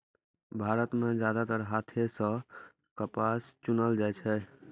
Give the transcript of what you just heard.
भारत मे जादेतर हाथे सं कपास चुनल जाइ छै